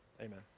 Amen